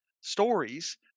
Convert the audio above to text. stories